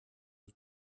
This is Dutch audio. die